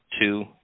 two